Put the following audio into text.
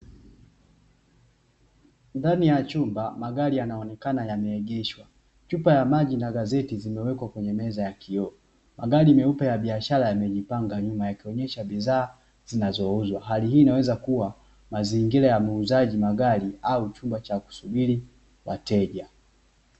Ndani ya chumba magari yanaonekana yameegeshwa, chupa ya maji na gazeti zimewekwa kwenye meza ya kioo, magari meupe ya biashara yamejipanga nyuma ya kuonyesha bidhaa zinazouzwa, hali hii inaweza kuwa mazingira ya muuzaji magari au chumba cha kusubiri wateja.